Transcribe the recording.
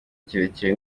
kirekire